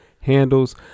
Handles